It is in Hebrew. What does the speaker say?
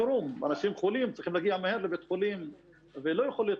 אנשים חולים צריכים להגיע מהר לבית החולים ולא יכול להיות